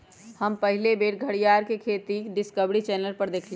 हम पहिल बेर घरीयार के खेती डिस्कवरी चैनल पर देखली